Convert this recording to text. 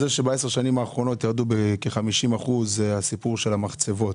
זה שבעשר השנים האחרונות ירד בכ-50% הסיפור של המחצבות,